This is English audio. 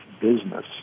business